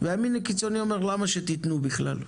והימין הקיצוני אומר: "למה שתתנו בכלל?".